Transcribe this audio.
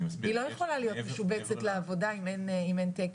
היא לא יכולה להיות משובצת לעבודה אם אין תקן.